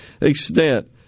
extent